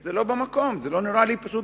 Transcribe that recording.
זה לא במקום, זה פשוט לא נראה לי פרופורציונלי.